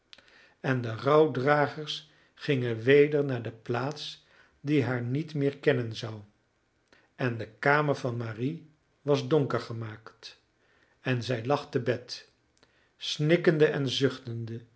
en de rouwdragers gingen weder naar de plaats die haar niet meer kennen zou en de kamer van marie was donker gemaakt en zij lag te bed snikkende en zuchtende